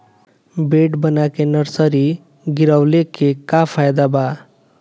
Bed बना के nursery गिरवले के का फायदा बा?